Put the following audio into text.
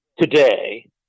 today